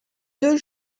deux